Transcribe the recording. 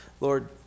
Lord